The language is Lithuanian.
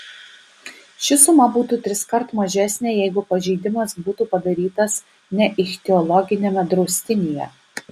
ši suma būtų triskart mažesnė jeigu pažeidimas būtų padarytas ne ichtiologiniame draustinyje